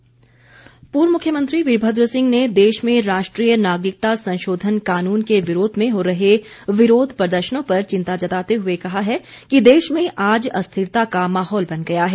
वीरभद्र पूर्व मुख्यमंत्री वीरभद्र सिंह ने देश में राष्ट्रीय नागरिकता संशोधन कानून के विरोध में हो रहे विरोध प्रदर्शनों पर चिंता जताते हुए कहा है कि देश में आज अस्थिरता का माहौल बन गया है